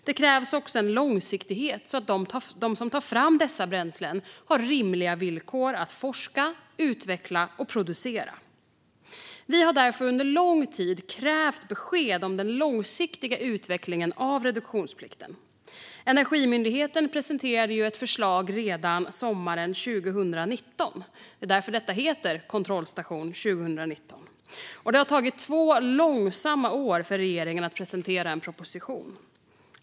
Det krävs också en långsiktighet, så att de som tar fram dessa bränslen har rimliga villkor att forska, utveckla och producera. Vi har därför under lång tid krävt besked om den långsiktiga utvecklingen av reduktionsplikten. Energimyndigheten presenterade ett förslag redan sommaren 2019. Det är därför detta heter kontrollstation 2019. Det har tagit två långsamma år för regeringen att presentera en proposition.